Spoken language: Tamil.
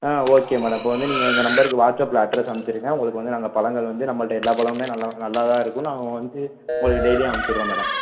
ஆ ஓகே மேடம் இப்போ வந்து நீங்கள் இந்த நம்பருக்கு வாட்ஸ் அப்பில் அட்ரெஸ் அனுப்பிச்சிடுங்க உங்களுக்கு வந்து நாங்கள் பழங்கள் வந்து நம்மள்கிட்ட எல்லா பழமுமே நல்லா நல்லாதான் இருக்கும் நாங்கள் வந்து உங்ளுக்கு டெய்லியும் அனுப்பிச்சுட்றோம் மேடம்